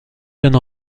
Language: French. jeune